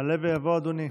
יעלה ויבוא אדוני.